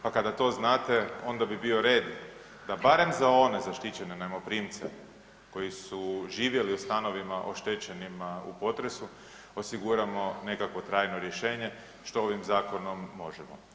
Pa kada to znate, onda bi bio red, da barem za one zaštićene najmoprimce koji su živjeli u stanovima oštećenima u potresu osiguramo nekakvo trajno rješenje, što ovim zakonom možemo.